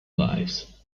lives